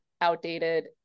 outdated